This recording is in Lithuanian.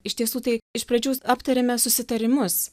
iš tiesų tai iš pradžių aptariame susitarimus